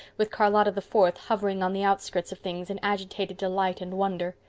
with charlotta the fourth hovering on the outskirts of things in agitated delight and wonder.